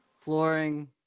Flooring